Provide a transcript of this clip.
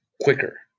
quicker